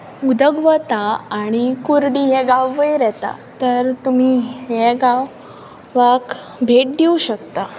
उदक वता आनी कुर्डी हो गांव वयर येता तर तुमी ह्या गांवाक भेट दिवंक शकतात